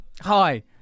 Hi